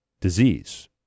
disease